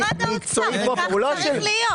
זה עניין מקצועי של משרד האוצר וכך צריך להיות.